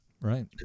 Right